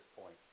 point